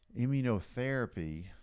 immunotherapy